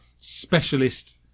specialist